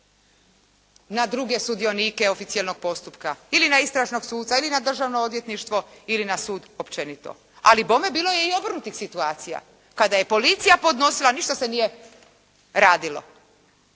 na druge sudionike oficijelnog postupka, ili na istražnog suca ili na državno odvjetništvo ili na sud općenito. Ali bome bilo je i obrnutih situacija kada je policija podnosila ništa se nije radilo.